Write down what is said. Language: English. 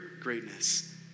greatness